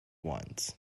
ones